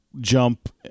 jump